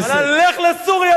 לך לסוריה,